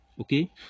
okay